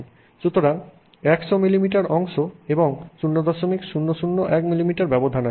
সুতরাং 100 মিলিমিটার অংশ এবং 0001 মিমি ব্যবধান আছে